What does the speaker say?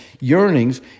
yearnings